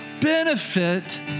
benefit